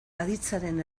aditzaren